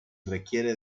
requiere